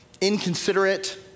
inconsiderate